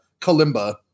kalimba